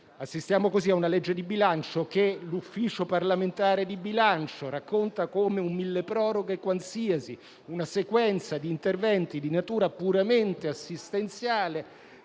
Assistiamo così a una legge di bilancio che l'Ufficio parlamentare di bilancio racconta come un milleproroghe qualsiasi, una sequenza di interventi di natura puramente assistenziale